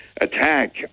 attack